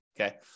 Okay